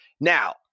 Now